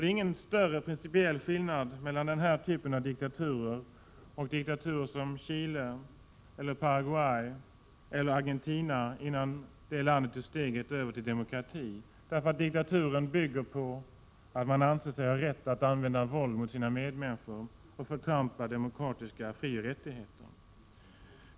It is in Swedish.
Det är ingen större principiell skillnad mellan denna typ av diktatur och diktaturer som Chile, Paraguay eller Argentina, innan det landet tog steget över till demokrati. Diktaturen bygger på att man anser sig ha rätt att använda våld mot sina medmänniskor och förtrampa demokratiska frioch rättigheter.